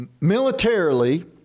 militarily